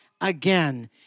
again